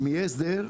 אם יהיה הסדר,